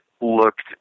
looked